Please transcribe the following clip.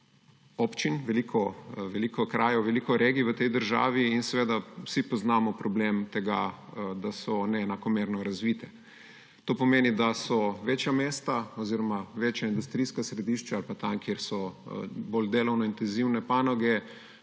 občin, veliko krajev, veliko regij v tej državi in vsi poznamo problem tega, da so neenakomerno razvite. To pomeni, da večja mesta oziroma večja industrijska središča ali pa tam, kjer so bolj delovno intenzivne panoge,